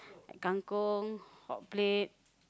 kangkong hotplate